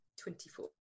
Twenty-four